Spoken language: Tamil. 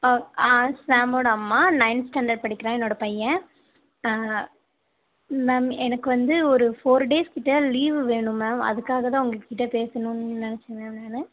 ஷாம்மோட அம்மா நைன்த் ஸ்டாண்டர்ட் படிக்கிறான் என்னோட பையன் மேம் எனக்கு வந்து ஒரு ஃபோர் டேஸ் கிட்ட லீவு வேணும் மேம் அதுக்காக தான் உங்கள்கிட்ட பேசணுன்னு நினச்சேன் மேம் நான்